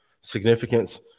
significance